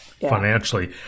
financially